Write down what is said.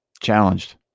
Challenged